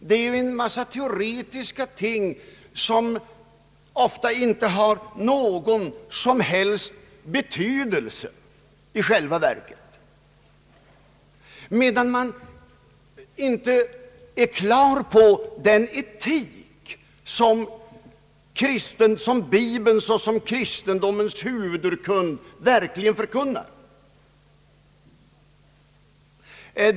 Det rör sig om en mångfald teoretiska ting som ofta inte har någon som helst betydelse i själva verket, me dan man inte är klar över den etik som bibeln såsom kristendomens huvudurkund verkligen förkunnar.